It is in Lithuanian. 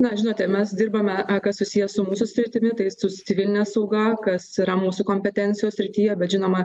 na žinote mes dirbame o kas susiję su mūsų sritimi tai su civiline sauga kas yra mūsų kompetencijos srityje bet žinoma